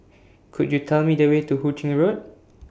Could YOU Tell Me The Way to Hu Ching Road